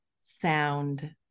sound